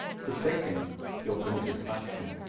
forsaken your pernitious faction,